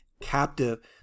captive